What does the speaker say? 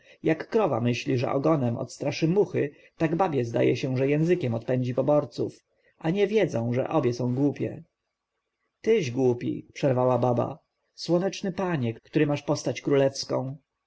jak krowa myśli że ogonem odstraszy muchy tak babie zdaje się że językiem odpędzi poborców a nie wiedzą że obie są głupie tyś głupi przerwała baba słoneczny panie który masz postać królewską